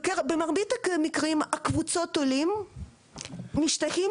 במרבית המקרים קבוצות העולים משתייכים